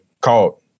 called